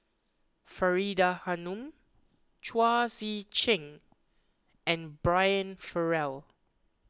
Faridah Hanum Chao Tzee Cheng and Brian Farrell